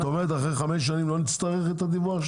זאת אומרת שאחרי 5 שנים לא נצטרך את הדיווח?